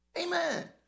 Amen